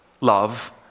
love